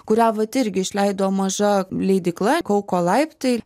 kurią vat irgi išleido maža leidykla kauko laiptai